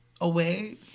away